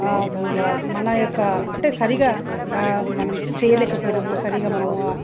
మన యొక్క అంటే సరిగ్గా మనం చేయలేకపోయాము సరిగ్గా మనము